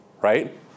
right